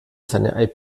seine